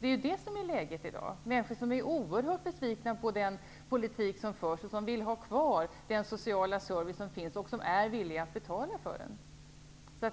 Detta är läget i dag -- människor är oerhört besvikna på den politik som förs och vill ha kvar den sociala service som finns och är villiga att betala för den.